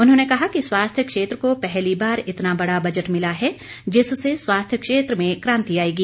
उन्होंने कहा कि स्वास्थ्य क्षेत्र को पहली बार इतना बड़ा बजट मिला है जिससे स्वास्थ्य क्षेत्र में कांति आएगी